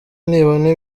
nibona